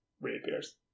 reappears